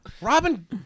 Robin